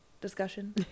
discussion